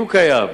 אם קיים,